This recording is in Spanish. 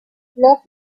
los